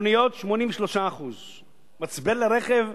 מכוניות, 83%; מצבר לרכב,